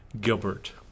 Gilbert